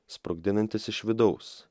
sprogdinantis iš vidaus